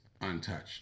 untouched